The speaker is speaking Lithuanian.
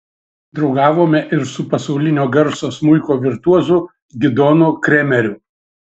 draugavome ir su pasaulinio garso smuiko virtuozu gidonu kremeriu